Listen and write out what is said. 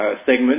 segment